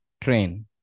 train